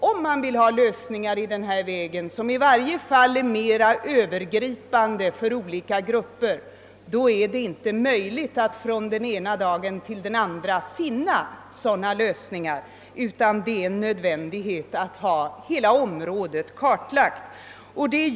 Om man vill ha lösningar som i varje fall är mera Övergripande för olika grupper är det inte möjligt att från den ena dagen till den andra finna sådana lösningar utan att ha hela området kartlagt.